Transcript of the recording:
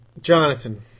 Jonathan